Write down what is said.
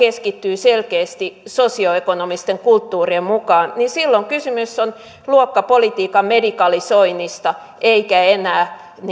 keskittyvät selkeästi sosio ekonomisten kulttuurien mukaan niin silloin kysymys on luokkapolitiikan medikalisoinnista eikä enää